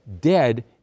dead